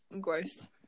gross